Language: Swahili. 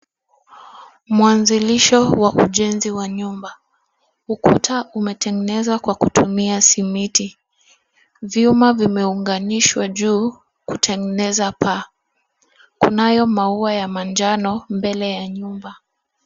Mwanzilisho wa ujenzi wa nyumba. Ukuta umetegenezwa kwa kutumia simiti. Vyuma vimeunganishwa juu kutegeneza paa. Kunayo maua ya manjano mbele ya nyumba.